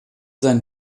seinen